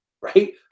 right